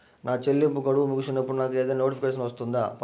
నా చెల్లింపు గడువు ముగిసినప్పుడు నాకు ఏదైనా నోటిఫికేషన్ వస్తుందా?